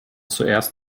zuerst